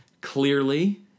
clearly